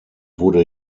wurde